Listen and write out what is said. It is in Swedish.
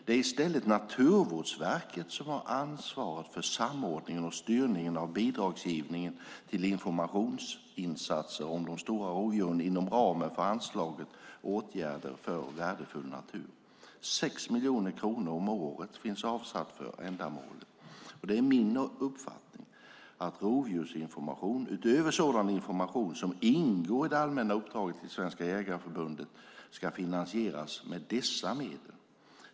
Det är i stället Naturvårdsverket som ansvarar för samordning och styrning av bidragsgivningen till informationsinsatser om de stora rovdjuren inom ramen för anslaget Åtgärder för värdefull natur. 6 miljoner kronor om året finns avsatt för ändamålet. Det är min uppfattning att rovdjursinformation, utöver sådan information som ingår i det allmänna uppdraget till Svenska Jägareförbundet, ska finansieras genom dessa medel.